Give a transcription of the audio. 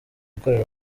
ukorera